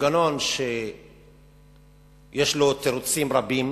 מנגנון שיש לו תירוצים רבים,